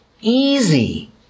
easy